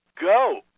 go